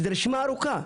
זו רשימה ארוכה.